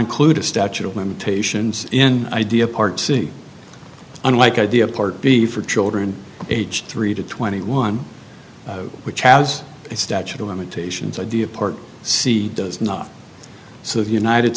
include a statute of limitations in idea part c unlike idea part b for children aged three to twenty one which has a statute of limitations idea part c does not so the united